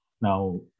Now